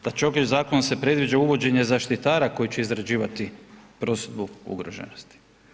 Znači, ovim zakonom se predviđa uvođenje zaštitara koji će izrađivati prosudbu ugroženosti.